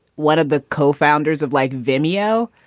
one of the co-founders of, like, vimeo,